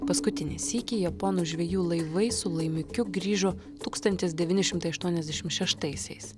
paskutinį sykį japonų žvejų laivai su laimikiu grįžo tūkstantis devyni šimtai aštuoniasdešim šeštaisiais